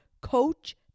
Coach